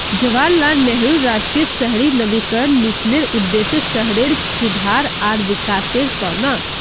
जवाहरलाल नेहरू राष्ट्रीय शहरी नवीकरण मिशनेर उद्देश्य शहरेर सुधार आर विकासेर त न